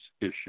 issue